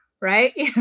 right